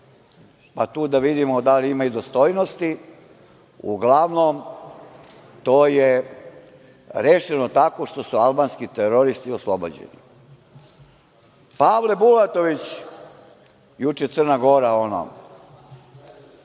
pa tu da vidimo da li ima i dostojnosti. Uglavnom, to je rešeno tako što su albanski teroristi oslobođeni. Pavle Bulatović. Crna Gora je